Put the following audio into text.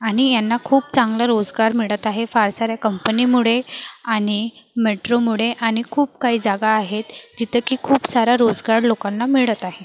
आनि यांना खूप चांगला रोसगार मिडत आहे फार साऱ्या कंपनीमुडे आनि मेट्रोमुडे आनि खूप काई जागा आहेत जिते की खूप सारा रोसगार लोकांना मिडत आहे